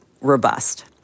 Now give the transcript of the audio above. robust